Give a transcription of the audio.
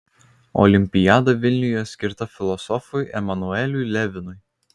olimpiada vilniuje skirta filosofui emanueliui levinui